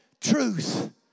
truth